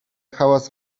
hałas